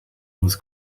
was